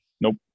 nope